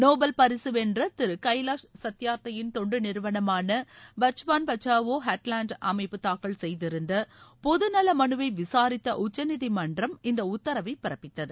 Nobel பரிசுவென்ற திரு கைலாஷ் சத்தியார்த்தியின் தொண்டு நிறுவனமான பட்ச்பான் பச்சாவோ அன்டோலன்ட் அமைப்பு தாக்கல் செய்திருந்த பொதுநல மனுவை விசாரித்த உச்சநீதிமன்றம் இந்த உத்தரவை பிறப்பித்தது